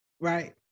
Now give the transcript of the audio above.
Right